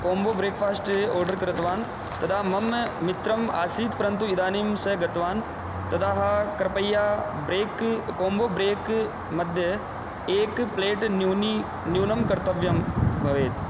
combo breakfast order कृतवान् तदा मम मित्रम् आसीत् परन्तु इदानीं सः गतवान् तदा कृपया ब्रेक् कोम्बो ब्रेक् मध्ये एकं प्लेट् न्यूनी न्यूनं कर्तव्यं भवेत्